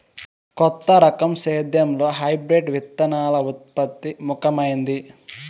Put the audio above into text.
కొత్త రకం సేద్యంలో హైబ్రిడ్ విత్తనాల ఉత్పత్తి ముఖమైంది